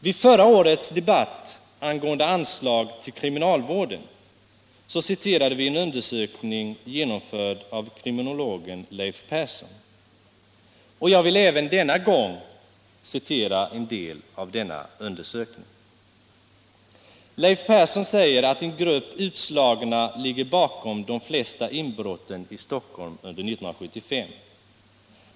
Vid förra årets debatt angående anslag till kriminalvården citerade vi en undersökning genomförd av kriminologen Leif Persson, och jag vill även denna gång citera en del av denna undersökning. Leif Persson säger att en grupp utslagna ligger bakom de flesta inbrotten i Stockholm under 1975.